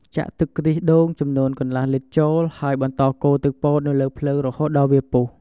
ចាក់ទឹកខ្ទិះដូងចំនួនកន្លះលីត្រចូល ហើយបន្តកូរទឹកពោតនៅលើភ្លើងរហូតដល់វាពុះ។